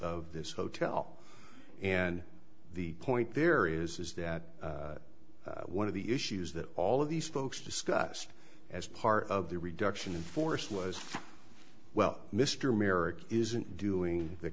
of this hotel and the point there is is that one of the issues that all of these folks discussed as part of the reduction in force was well mr merrick isn't doing the